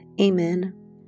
Amen